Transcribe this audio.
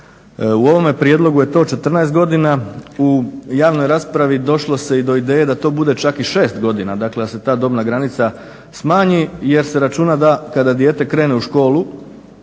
U ovome prijedlogu je to 14 godina, u javnoj raspravi došlo se do ideje da to bude čak i 6 godina, dakle da se ta dobna granica smanji jer se računa da kada dijete krene u školu